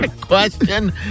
Question